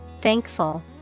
thankful